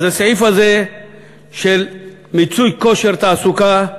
אז הסעיף הזה של מיצוי כושר תעסוקה,